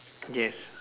yes